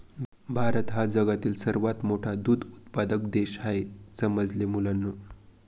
भारत हा जगातील सर्वात मोठा दूध उत्पादक देश आहे समजले मुलांनो